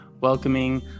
welcoming